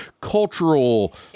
cultural